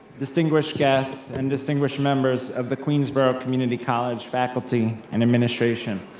distinguished guests, and distinguished members of the queensborough community college faculty and administration,